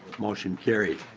motion carries.